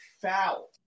foul